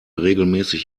regelmäßig